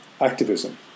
activism